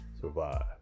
survive